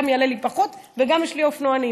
גם יעלה לי פחות וגם יש לי אופנוענים.